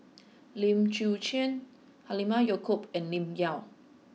Lim Chwee Chian Halimah Yacob and Lim Yau